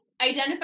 identify